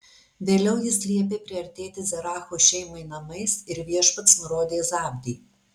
vėliau jis liepė priartėti zeracho šeimai namais ir viešpats nurodė zabdį